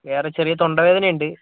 വേറെ ചെറിയ തൊണ്ട വേദനയുണ്ട്